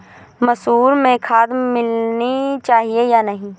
मसूर में खाद मिलनी चाहिए या नहीं?